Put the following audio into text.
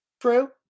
True